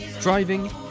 driving